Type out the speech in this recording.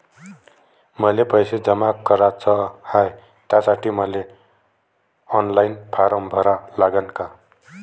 मले पैसे जमा कराच हाय, त्यासाठी मले ऑनलाईन फारम भरा लागन का?